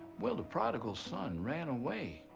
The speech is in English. well, the prodigal son ran away,